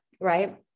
right